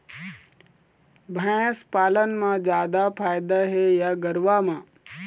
भैंस पालन म जादा फायदा हे या गरवा म?